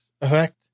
effect